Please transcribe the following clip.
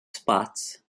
spots